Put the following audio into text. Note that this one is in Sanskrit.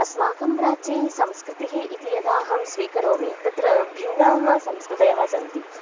अस्माकं राज्ये संस्कृतिः इति यदा अहं स्वीकरोमि तत्र भिन्नाः संस्कृतयः सन्ति